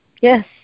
Yes